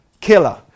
killer